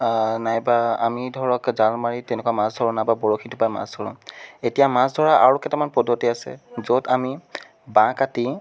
নাইবা আমি ধৰক জাল মাৰি তেনেকুৱা মাছ ধৰা নাইবা বৰশী টোপাই মাছ ধৰোঁ এতিয়া মাছ ধৰা আৰু কেইটামান পদ্ধতি আছে য'ত আমি বাঁহ কাটি